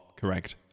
correct